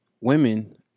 women